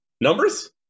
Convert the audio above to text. Numbers